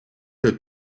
der